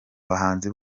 bahanzi